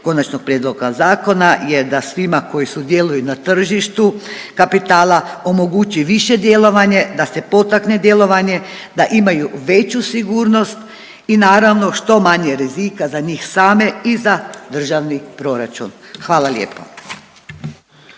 Konačnog prijedloga zakona jer da svima koji sudjeluju na tržištu kapitala omogući više djelovanje, da se potakne djelovanje, da imaju veću sigurnost i naravno, što manje rizika za njih same i za državni proračun. Hvala lijepo.